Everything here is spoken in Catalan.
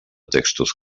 textos